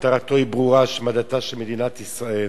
מטרתו ברורה: השמדתה של מדינת ישראל.